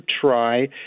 try